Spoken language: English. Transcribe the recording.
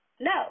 No